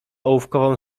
ołówkową